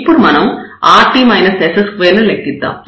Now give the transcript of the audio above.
ఇప్పుడు మనం rt s2ను లెక్కిద్దాం